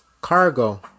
cargo